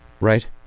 Right